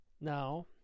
Now